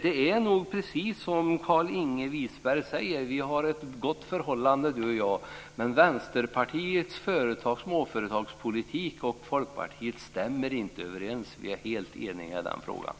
Visserligen har Carlinge Wisberg och jag ett gott förhållande, men vi är helt eniga om att Vänsterpartiets och Folkpartiets småföretagspolitik inte stämmer överens.